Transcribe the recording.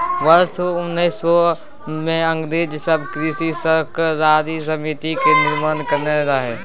वर्ष उन्नैस सय मे अंग्रेज सब कृषि सहकारी समिति के निर्माण केने रहइ